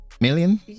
million